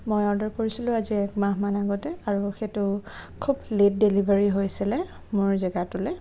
মই অৰ্ডাৰ কৰিছিলোঁ আজি এক মাহমানৰ আগতে আৰু সেইটো খুব লেট ডেলিভাৰী হৈছিলে মোৰ জেগাটোলৈ